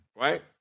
Right